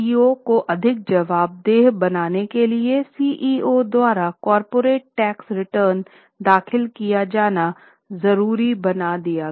CEO को अधिक जवाबदेह बनाने के लिए CEO द्वारा कॉर्पोरेट टैक्स रिटर्न दाखिल किया जाना ज़रूरी बना दिया गया